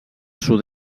sud